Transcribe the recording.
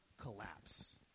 collapse